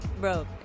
bro